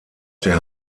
der